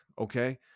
okay